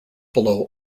below